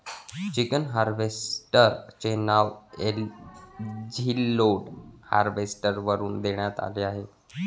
chicken harvester चे नाव Easyload harvester वरून देण्यात आले आहे